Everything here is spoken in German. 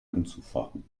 anzufachen